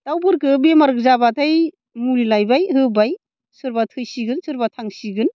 दाउफोरखो बेमार जाबाथाय मुलि लायबाय होबाय सोरबा थैसिगोन सोरबा थांसिगोन